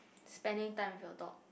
spending time with your dog